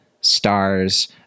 stars